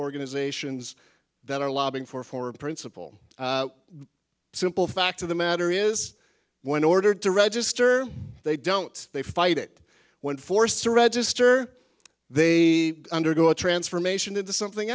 organizations that are lobbying for for a principle the simple fact of the matter is when ordered to register they don't they fight it when forced to register they undergo a transformation into something